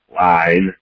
line